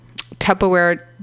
Tupperware